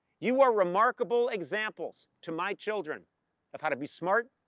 you are remarkable examples to my children of how to be smart,